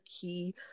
key